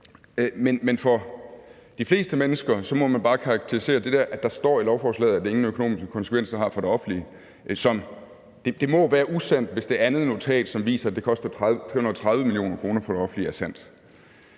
men for de fleste mennesker må det, at der står i lovforslaget, at det ingen økonomiske konsekvenser har for det offentlige, være usandt, hvis det andet notat, som viser, at det koster 330 mio. kr. for det offentlige, er sandt.